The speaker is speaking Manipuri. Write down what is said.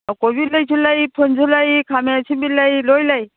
ꯀꯣꯕꯤ ꯂꯩꯁꯨ ꯂꯩ ꯐꯨꯜꯁꯨ ꯂꯩ ꯈꯥꯃꯦꯟ ꯑꯁꯤꯟꯕꯤ ꯂꯩ ꯂꯣꯏꯅ ꯂꯩ